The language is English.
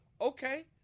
Okay